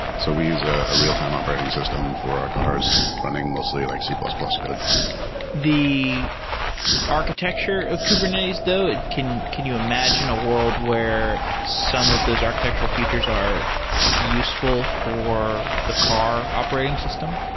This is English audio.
so we use ah a real-time operating system for our cars running mostly like c plus plus code the architecture of kubernetes though, can can you imagine a world where some of those architectural features are useful for the car operating system?